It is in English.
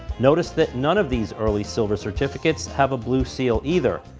notice that none of these early silver certificates have a blue seal either.